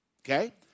okay